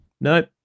Nope